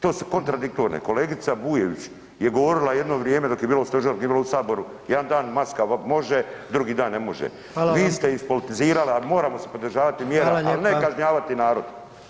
To su kontradiktorne kolegica Bujević je govorila jedno vrijeme dok je bila u stožeru dok nije bila u saboru, jedan dan maska može, drugi dan ne može [[Upadica: Hvala vam.]] vi ste ispolitizirali, al moramo se pridržavati mjera [[Upadica: Hvala lijepa.]] al ne kažnjavati narod.